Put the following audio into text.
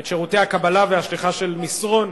את שירותי הקבלה והשליחה של מסרון,